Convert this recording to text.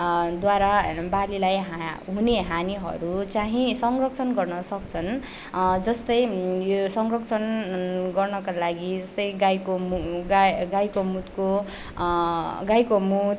द्वारा बालीलाई हुने हानीहरू चाहिँ संरक्षण गर्न सक्छन् जस्तै संरक्षण गर्नका लागि जस्तै गाईको गाईको मुतको गाईको मुत